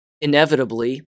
Inevitably